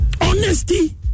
Honesty